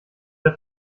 der